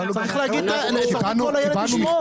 צריך לקרוא לילד בשמו.